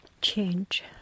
change